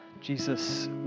Jesus